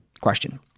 question